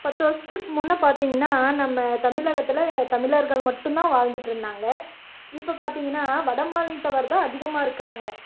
பத்து வருடத்துக்கு முன்னர் பார்த்திங்கன்னா நம்ம தமிழகத்தில் தமிழர்கள் மட்டுந்தான் வாழ்ந்துட்டுருந்தாங்க இப்போ பார்த்திங்கன்னா வட மாநிலத்தவர் தான் அதிகமாக இருக்கிறாங்க